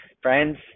Friends